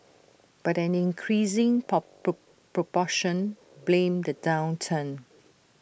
but an increasing pop proportion blamed the downturn